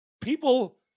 People